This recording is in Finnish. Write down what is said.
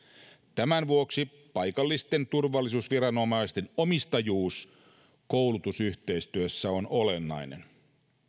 tämän vuoksi paikallisten turvallisuusviranomaisten omistajuus koulutusyhteistyössä on olennainen